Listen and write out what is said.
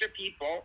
people